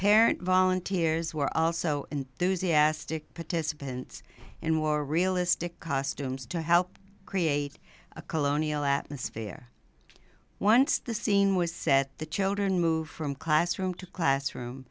parent volunteers were also enthusiastic participants in more realistic costumes to help create a colonial atmosphere once the scene was set the children moved from classroom to classroom